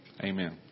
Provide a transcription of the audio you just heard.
amen